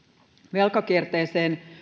velkakierteeseen